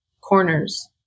corners